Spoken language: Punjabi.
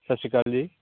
ਸਤਿ ਸ਼੍ਰੀ ਅਕਾਲ ਜੀ